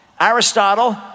Aristotle